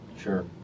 Sure